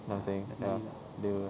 you know what I'm saying ya the